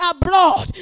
abroad